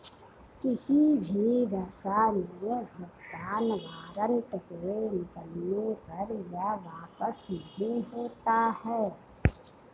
किसी भी दशा में भुगतान वारन्ट के निकलने पर यह वापस नहीं होता है